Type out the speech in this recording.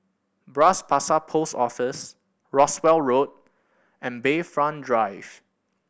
Bras Basah Post Office Rowell Road and Bayfront Drive